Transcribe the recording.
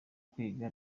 kwiga